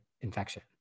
infection